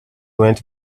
went